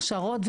הכשרות,